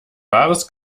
wahres